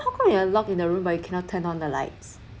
how come you are locked in a room but you cannot turn on the lights